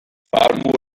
fear